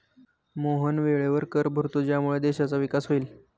मोहन वेळेवर कर भरतो ज्यामुळे देशाचा विकास होईल